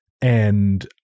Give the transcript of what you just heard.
and-